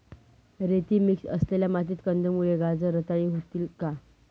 रेती मिक्स असलेल्या मातीत कंदमुळे, गाजर रताळी होतील का?